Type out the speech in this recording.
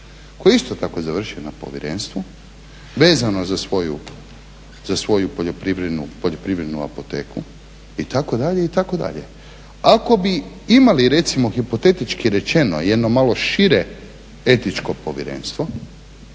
koji je isto tako završio na povjerenstvu vezano za svoju poljoprivrednu apoteku itd., itd. Ako bi imali recimo hipotetički rečeno jedno malo šire etičko povjerenstvo